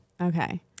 Okay